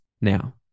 now